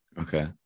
Okay